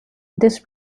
this